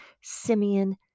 Simeon